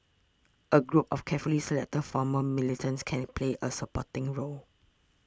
a group of carefully selected former militants can play a supporting role